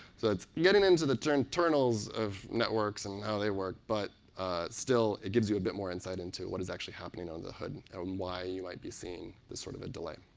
so it's getting into the internals of networks and how they work, but still it gives you a bit more insight into what is actually happening on the hood and why you might be seeing this sort of a delay.